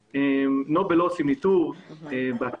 נובל לא עושים ניטור בעצמם,